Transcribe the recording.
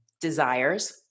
desires